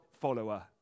follower